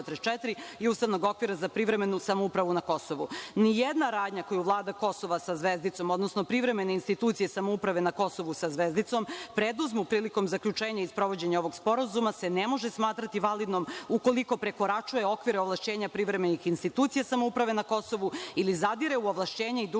i ustavnog okvira za privremenu samoupravu na Kosovu. Ni jedna radnja koju vlada Kosova, sa zvezdicom, odnosno privremene institucije samouprave na Kosovu, sa zvezdicom, preduzmu prilikom zaključenja i sprovođenja ovog sporazuma se ne može smatrati validnom ukoliko prekoračuje okvire ovlašćenja privremenih institucija samouprave na Kosovu ili zadire u ovlašćenja i dužnosti,